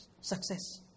success